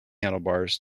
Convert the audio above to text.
handlebars